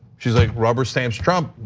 she like rubber stamps trump,